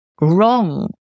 wrong